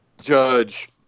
judge